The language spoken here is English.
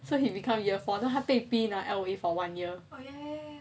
so he become 反而他被逼 in L_A for one year